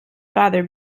father